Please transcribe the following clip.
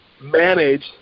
manage